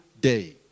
day